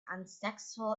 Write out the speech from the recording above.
unsuccessful